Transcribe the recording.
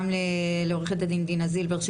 וגם לעו"ד דינה זילבר.